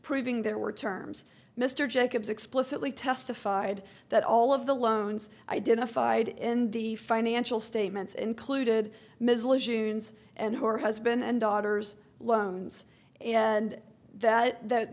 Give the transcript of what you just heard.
proving there were terms mr jacobs explicitly testified that all of the loans identified in the financial statements included and her husband and daughters loans and that